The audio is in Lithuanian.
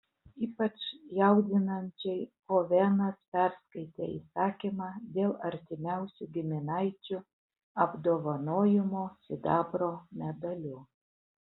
ypač jaudinančiai ovenas perskaitė įsakymą dėl artimiausių giminaičių apdovanojimo sidabro medaliu